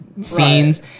scenes